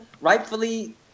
rightfully